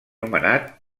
nomenat